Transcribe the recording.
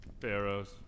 Pharaohs